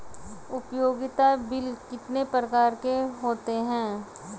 उपयोगिता बिल कितने प्रकार के होते हैं?